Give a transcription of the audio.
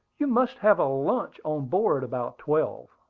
you must have a lunch on board about twelve.